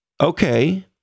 okay